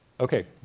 okay,